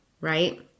right